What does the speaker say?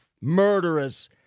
murderous